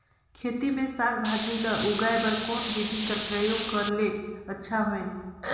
खेती मे साक भाजी ल उगाय बर कोन बिधी कर प्रयोग करले अच्छा होयल?